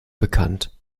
bekannt